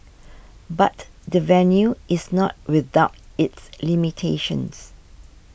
but the venue is not without its limitations